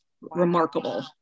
remarkable